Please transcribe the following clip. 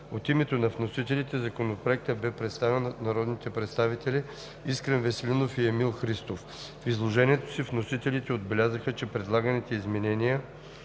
От името на вносителите Законопроектът бе представен от народните представители Искрен Веселинов и Емил Христов. В изложението си вносителите отбелязаха, че предлаганите изменения